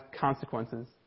consequences